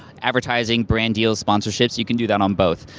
advertising, brand deals, sponsorships, you can do that on both.